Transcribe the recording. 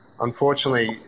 unfortunately